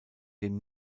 dem